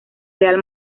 real